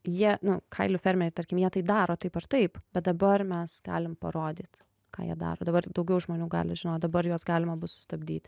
jie nu kailių fermeriai tarkim jie tai daro taip ar taip bet dabar mes galim parodyt ką jie daro dabar daugiau žmonių gali žinot dabar juos galima bus sustabdyt